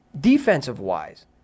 Defensive-wise